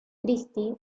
christi